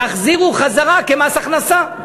תחזירו כמס הכנסה.